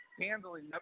handling